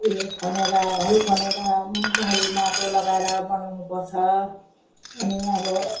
उयो खनेर हल खनेर मल माटो लगाएर बनाउनुपर्छ अनि अब